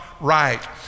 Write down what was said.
right